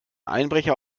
einbrecher